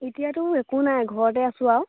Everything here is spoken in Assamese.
এতিয়াতো একো নাই ঘৰতে আছোঁ আৰু